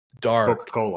Dark